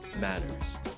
matters